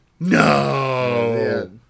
No